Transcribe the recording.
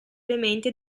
elementi